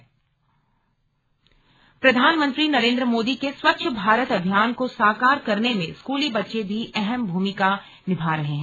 slug Swachh Bharat Abhiyan प्रधानमंत्री नरेंद्र मोदी के स्वच्छ भारत अभियान को साकार करने में स्कूली बच्चे भी अहम भूमिका निभा रहे हैं